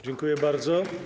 Dziękuję bardzo.